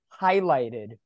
highlighted